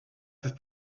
peth